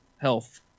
health